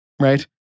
right